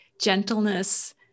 gentleness